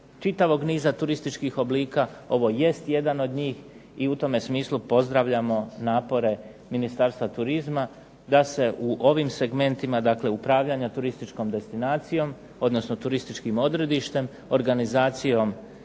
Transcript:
čitavog niza turističkih oblika, ovo jest jedan od njih, i u tome smislu pozdravljamo napore Ministarstva turizma da se u ovim segmentima, dakle upravljanja turističkom destinacijom, odnosno turističkim odredištem organizacijom